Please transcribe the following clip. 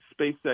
SpaceX